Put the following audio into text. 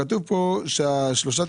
כמו ששמעון אמר,